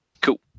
Cool